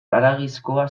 haragizkoa